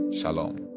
Shalom